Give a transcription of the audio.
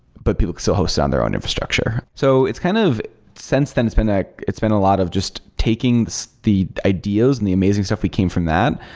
but people could still so host it on their own infrastructure. so it's kind of since then, it's been ah it's been a lot of just taking so the ideas and the amazing stuff we came from that.